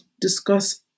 discuss